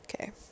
Okay